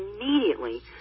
immediately